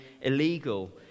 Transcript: illegal